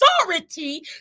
authority